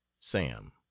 SAM